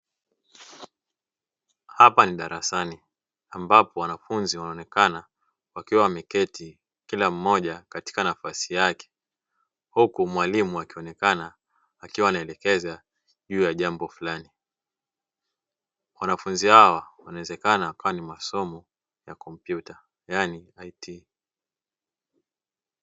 Hapa ni darasani ambapo wanafunzi wanaonekana wakiwa wameketi kila mmoja katika nafasi yake, huku mwalimu akionekana akiwa anaelekeza juu ya jambo fulani, wanafunzi hawa wanawezekana wakawa ni masomo ya kompyuta yaani "IT".